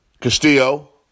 Castillo